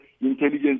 intelligence